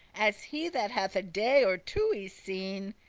as he that hath a day or two y-seen.